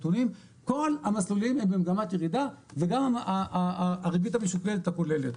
כל המסלולים הם במגמת ירידה וגם הריבית המשוקללת הכוללת.